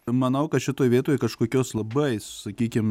manau kad šitoj vietoj kažkokios labai sakykim